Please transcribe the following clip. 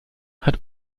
hat